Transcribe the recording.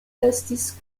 estis